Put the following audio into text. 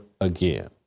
again